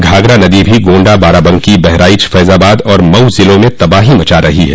घाघरा नदी भी गोंडा बाराबंकी बहराइच फैजाबाद और मऊ जिलों में तबाही मचा रही है